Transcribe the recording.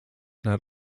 not